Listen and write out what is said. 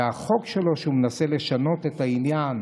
והחוק שלו, הוא מנסה לשנות את העניין